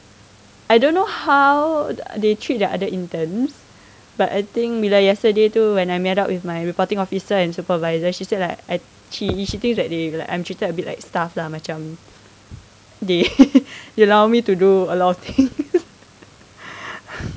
I don't know how they treat their other interns but I think bila yesterday too when I met up with my reporting officer and supervisor she said like I she she thinks that they like I'm treated a bit like staff lah macam they they allow me to do a lot of things